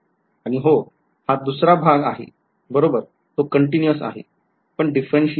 आणि हो हा दुसरा भाग आहे बरोबर तो continuous आहे पण differentiable नाही